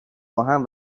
باهم